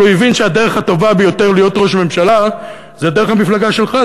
אבל הוא הבין שהדרך הטובה ביותר להיות ראש ממשלה זה דרך המפלגה שלך,